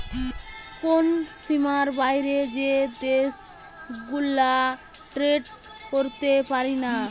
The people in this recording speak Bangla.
কোন সীমার বাইরে যে দেশ গুলা ট্রেড করতে পারিনা